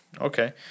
Okay